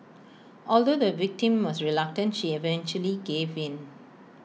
although the victim was reluctant she eventually gave in